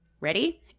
Ready